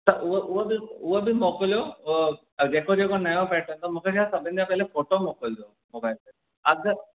त उहो उहो बि उहो बि मोकिलियो जेको जेको नयो पैटर्न आहे मूंखे छा सभिनि खां पहले फोटो मोकिलिजो मोबाइल ते अगरि